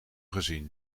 gezien